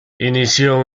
inició